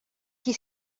qui